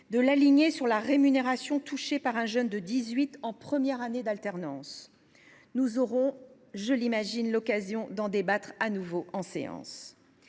de l’aligner sur la rémunération touchée par un jeune de 18 ans en première année d’alternance. Nous aurons, je l’imagine, l’occasion d’en débattre en séance.